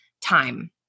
time